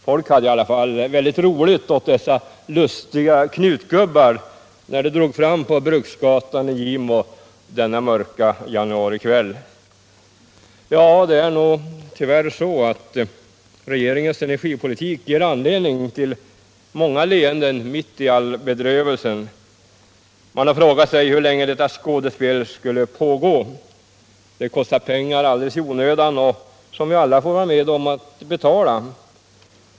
Folk hade i alla fall väldigt roligt åt dessa lustiga Knutgubbar när de drog fram på bruksgatan i Gimo denna mörka januarikväll. Ja, det är nog tyvärr så, att regeringens energipolitik ger anledning till många leenden mitt i all bedrövelsen. Man har frågat sig hur länge detta skådespel skall pågå; det kostar pengar alldeles i onödan, som vi alla får vara med om att betala.